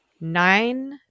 nine